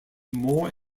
more